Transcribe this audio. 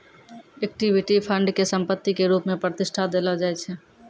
equity fund के संपत्ति के रुप मे प्रतिष्ठा देलो जाय छै